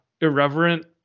irreverent